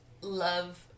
love